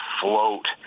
float